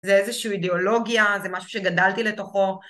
זה איזושהי אידיאולוגיה, זה משהו שגדלתי לתוכו.